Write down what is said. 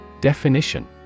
Definition